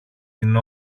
την